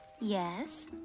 Yes